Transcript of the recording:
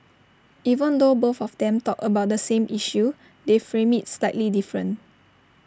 even though both of them talked about the same issue they framed IT slightly different